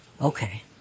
Okay